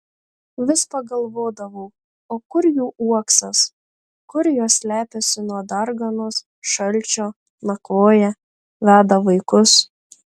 vis pagalvodavau o kur jų uoksas kur jos slepiasi nuo darganos šalčio nakvoja veda vaikus